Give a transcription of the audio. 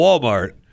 Walmart